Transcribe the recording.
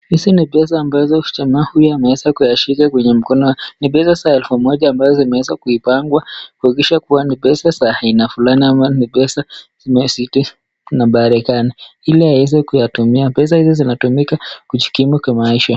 Hizi ni pesa ambazo huyu ameweza kuyashika kwenye mkono. Ni pesa za 1000 ambazo zimeweza kuipangwa kuhakikisha kuwa ni pesa za aina fulani ama ni pesa zimesitiri na barekani. Ile aweze kuyatumia. Pesa hizi zinatumika kujikimu kimaisha.